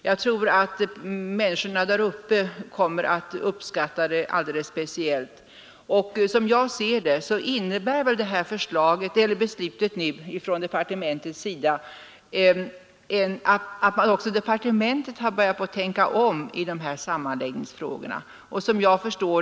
Jag tror att befolkningen där uppe kommer att uppskatta det alldeles speciellt. Som jag ser det innebär detta beslut från departementets sida att man också inom justitiedepartementet har börjat tänka om i sammanläggningsfrågorna.